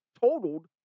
totaled